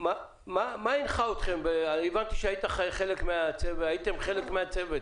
הבנתי שהייתם חלק מהצוות